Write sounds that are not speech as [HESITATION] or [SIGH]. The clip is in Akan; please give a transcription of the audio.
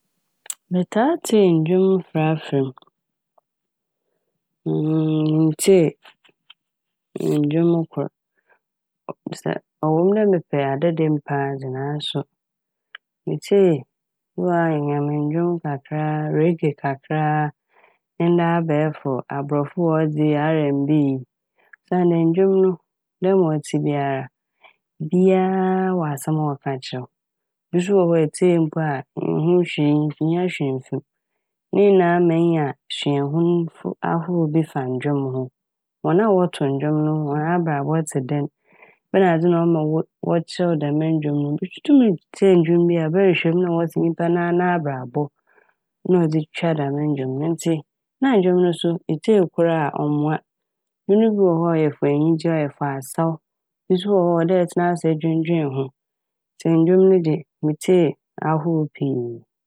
Me taa tsie ndwom forafora m'. [HESITATION] Menntsie ndwom kor. [UNINTELLIGIBLE] ɔwɔ mu dɛ metsie adada m' paa dze naaso metsie Nyame ndwom kakra, "radio" kakra nna abɛefo aborɔfo hɔn dze yi "R&B" yi. Osiandɛ ndwom no dɛ mbrɛ ma ɔtse biara no bi a wɔ dza a ɔreka akyerɛ wo. Ibi wɔ hɔ a mpo a itsie a nnhu hwee, innya hwee mmfi m'. Ne nyinaa ma inya suahun ahorow bi fa ndwom ho. Hɔn a wɔtow ndwom no hɔn abrabɔ tse dɛn. Ebɛnadze na ɔma wɔ- wɔkyerɛw dɛm ndwom no. Itum tsie ndwom bi a na wɔse nyimpa n' nara n'abrabɔ na ɔdze twaa dɛm ndwom no. Na ndwom no so itsie kor a ɔmmboa. Ndwom bi wɔ hɔ a ɔyɛ "for" enyigye, ɔyɛ "for" asaw. Bi wɔ hɔ so a ɔwɔ dɛ etsena ase na edwenndween ho. Ndwom no dze metsie ahorow pii.